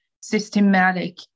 systematic